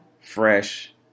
fresh